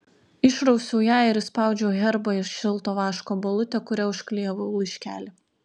išrausiau ją ir įspaudžiau herbą į šilto vaško balutę kuria užklijavau laiškelį